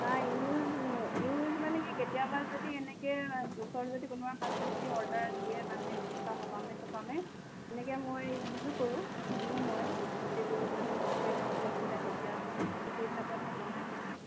নাই use use মানে কি কেতিয়াবা যদি এনেকৈ ওচৰৰ যদি কোনোবা মানুহে যদি অৰ্ডাৰ দিয়ে মানে কিবা সকামে চকামে তেনেকৈ মই ইউজো কৰোঁ দিওঁ মই কণ্টেক্ট দিলে তেতিয়া সেইটো হিচাপত মই বনাই দিওঁ